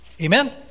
Amen